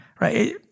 right